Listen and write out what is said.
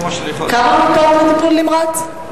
כמה מיטות לטיפול נמרץ?